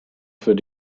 für